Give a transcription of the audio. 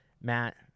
Matt